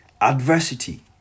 adversity